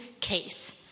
case